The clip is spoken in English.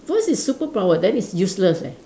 first is superpower then it's useless leh